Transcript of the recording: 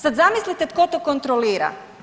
Sad zamislite tko to kontrolira?